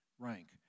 rank